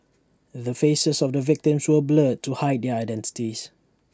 the faces of the victims were blurred to hide their identities